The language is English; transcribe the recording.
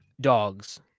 dogs